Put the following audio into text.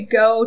go